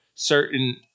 certain